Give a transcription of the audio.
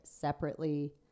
separately